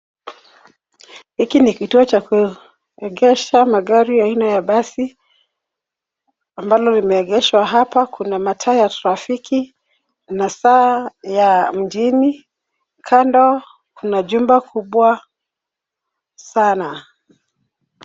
Hiki ni kituo cha kuegesha magari aina ya basi ambalo limeegeshwa hapa. Kuna mataa ya trafiki , kuna saa ya mjini kando kuna jumba kubwa sana.